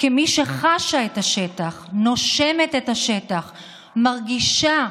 כמי שחשה את השטח, נושמת את השטח, מרגישה,